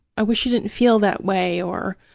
i wish you didn't feel that way, or